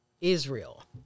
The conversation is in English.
Israel